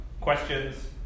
questions